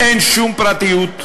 אין שום פרטיות,